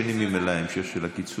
ממילא יש ביום שני המשך של הקיצוץ.